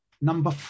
Number